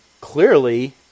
Clearly